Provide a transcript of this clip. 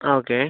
ആ ഓക്കെ